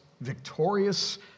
victorious